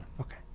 Okay